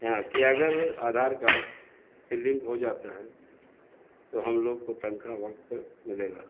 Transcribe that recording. ہاں کہ اگر آدھار کارڈ سے لنک ہو جاتا ہے تو ہم لوگ کو تنخواہ وقت پر ملے گا